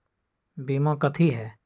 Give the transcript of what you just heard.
बीमा कथी है?